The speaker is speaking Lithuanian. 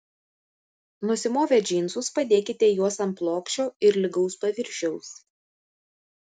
nusimovę džinsus padėkite juos ant plokščio ir lygaus paviršiaus